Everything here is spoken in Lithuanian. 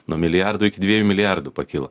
nuo milijardo iki dviejų milijardų pakilo